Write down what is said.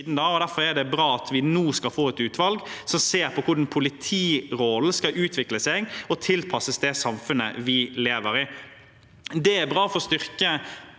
derfor er det bra at vi nå skal få et utvalg som ser på hvordan politirollen skal utvikle seg og tilpasses det samfunnet vi lever i. Det er bra for å styrke